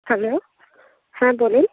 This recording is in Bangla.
হ্যালো হ্যাঁ বলুন